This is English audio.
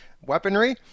weaponry